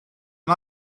and